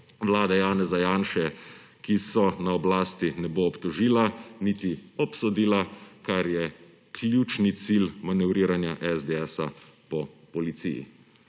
vlade Janeza Janše, ki so na oblasti, ne bo obtožila, niti obsodila, kar je ključni cilj manevriranja SDS po policiji